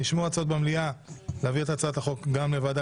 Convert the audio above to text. נשמעו הצעות במליאה להעביר את הצעת החוק גם לוועדה